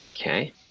Okay